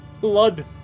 blood